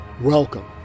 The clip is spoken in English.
Welcome